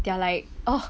they are like oh